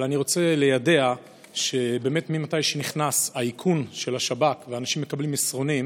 אבל אני רוצה ליידע שמאז שנכנס האיכון של השב"כ ואנשים מקבלים מסרונים,